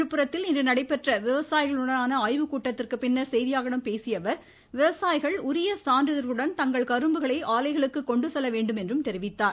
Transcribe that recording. விழுப்புரத்தில் இன்று நடைபெற்ற விவசாயிகளுடனான ஆய்வுக்கூட்டத்திற்கு பின்னர் செய்தியாளர்களிடம் பேசிய அவர் விவசாயிகள் உரிய சான்றிதழ்களுடன் தங்கள் கரும்புகளை ஆலைகளுக்கு கொண்டு செல்ல வேண்டும் என்றும் கூறினார்